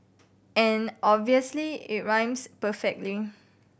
and obviously it rhymes perfecting